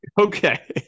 Okay